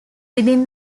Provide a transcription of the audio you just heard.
within